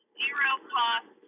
zero-cost